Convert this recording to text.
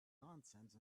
nonsense